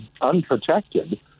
unprotected